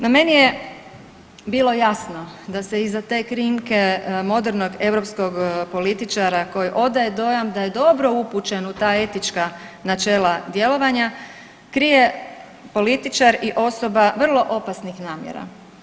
No meni je bilo jasno da se iza te krinke modernog europskog političara koji odaje dojam da je dobro upućen u ta etička načela djelovanje krije političar i osoba vrlo opasnih namjera.